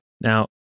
Now